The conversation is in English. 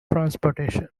transportation